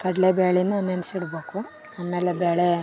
ಕಡಲೆ ಬೇಳೆನ ನೆನ್ಸಿಡಬೇಕು ಆಮೇಲೆ ಬೇಳೆ